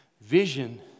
vision